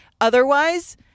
Otherwise